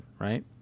right